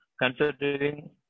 considering